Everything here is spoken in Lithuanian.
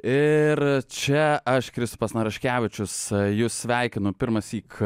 ir čia aš kristupas naraškevičius jus sveikinu pirmąsyk